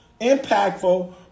impactful